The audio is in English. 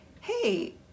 hey